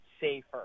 safer